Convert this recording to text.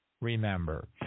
Remember